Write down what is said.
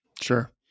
Sure